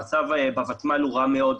המצב בוותמ"ל הוא רע מאוד.